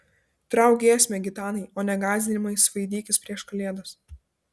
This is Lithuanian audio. trauk giesmę gitanai o ne gąsdinimais svaidykis prieš kalėdas